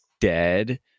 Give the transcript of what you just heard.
dead